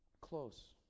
Close